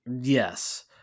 Yes